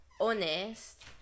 honest